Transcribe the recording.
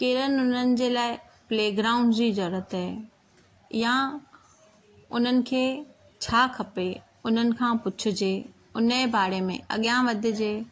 केरनि हुननि जे लाइ प्लेग्राउंड जी ज़रूरत आहे या उन्हनि खे छा खपे उन्हनि खां पुछिजे उन जे बारे में अॻियां वधिजे